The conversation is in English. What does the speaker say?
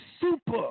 super